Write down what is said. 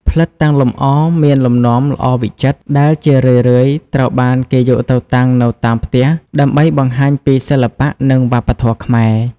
ផ្លិតតាំងលម្អមានលំនាំល្អវិចិត្រ ដែលជារឿយៗត្រូវបានគេយកទៅតាំងនៅតាមផ្ទះដើម្បីបង្ហាញពីសិល្បៈនិងវប្បធម៌ខ្មែរ។